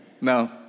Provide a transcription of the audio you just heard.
No